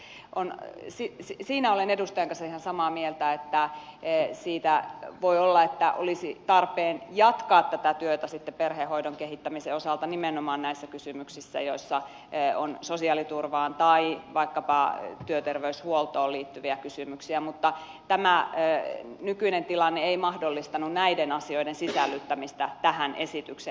siitä olen edustajan kanssa ihan samaa mieltä että voisi olla tarpeen jatkaa tätä työtä sitten perhehoidon kehittämisen osalta nimenomaan näissä kysymyksissä joissa on sosiaaliturvaan tai vaikkapa työterveyshuoltoon liittyviä kysymyksiä mutta tämä nykyinen tilanne ei mahdollistanut näiden asioiden sisällyttämistä tähän esitykseen